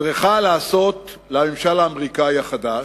צריכה לעשות לממשל האמריקני החדש,